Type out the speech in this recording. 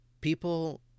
People